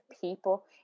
people